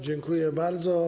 Dziękuję bardzo.